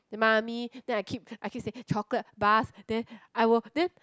the Mummy then I keep I keep saying chocolate bars then I will then